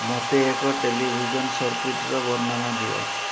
ମୋତେ ଏକ ଟେଲିଭିଜନ୍ ସର୍କିଟ୍ର ବର୍ଣ୍ଣନା ଦିଅ